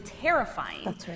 terrifying